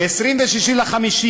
26 במאי,